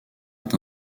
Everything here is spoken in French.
est